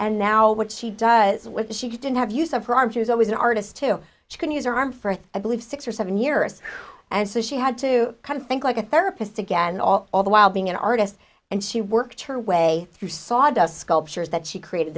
and now what she does with she didn't have use of her arm she was always an artist to she can use her arm for i believe six or seven years and so she had to kind of think like a therapist again all all the while being an artist and she worked her way through sawdust sculptures that she created